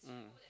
mm